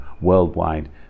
worldwide